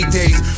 days